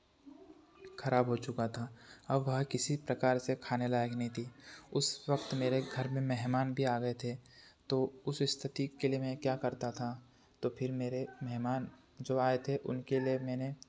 ख़राब हो चुका था अब वह किसी प्रकार से खाने लायक नहीं थी उस वक़्त मेरे घर में मेहमान भी आ गए थे तो उस स्थिति के लिए मैं क्या करता था तो फिर मेरे मेहमान जो आए थे उनके के लिए मैंने